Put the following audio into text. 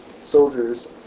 soldiers